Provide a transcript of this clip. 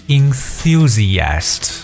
enthusiast